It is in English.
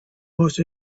most